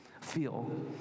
feel